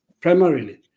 Primarily